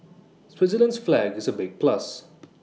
Switzerland's flag is A big plus